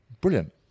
brilliant